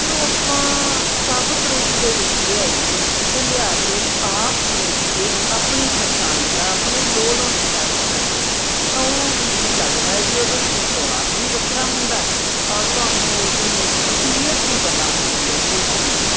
ਅਤੇ ਉਹ ਆਪਾਂ ਸਾਬਤ ਰੂਪ ਦੇ ਵਿੱਚ ਲਿਆਈਏ ਅਤੇ ਲਿਆ ਕੇ ਆਪ ਪੀਸ ਕੇ ਆਪਣੀ ਪਸੰਦ ਦਾ ਆਪਣੀ ਲੋੜ ਅਨੁਸਾਰ ਬਣਾਈਏ ਤਾਂ ਉਹ ਮੈਨੂੰ ਲੱਗਦਾ ਵੀ ਉਹਦੇ ਵਿੱਚ ਸਵਾਦ ਵੀ ਵੱਖਰਾ ਹੁੰਦਾ ਔਰ ਤੁਹਾਨੂੰ ਉਹਦੀ ਅਸਲੀਅਤ ਵੀ ਪਤਾ ਹੁੰਦੀ ਹੈ ਵੀ ਇਹ ਕੀ ਨੇ